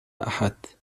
أحد